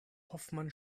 hoffmann